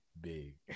big